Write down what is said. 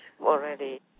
already